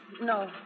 No